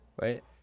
Right